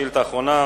שאילתא אחרונה,